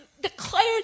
declared